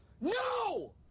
No